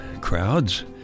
crowds